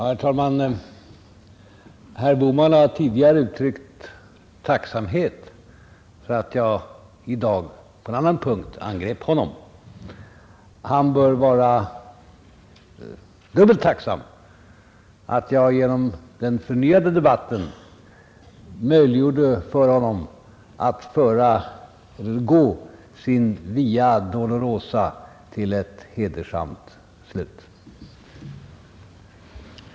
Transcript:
Herr talman! Herr Bohman har tidigare uttryckt tacksamhet för att jag i dag, på en annan punkt, angrep honom. Han bör vara dubbelt tacksam för att jag genom den förnyade debatten möjliggjorde för honom att gå sin via dolorosa till ett hedersamt slut.